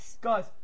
guys